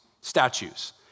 statues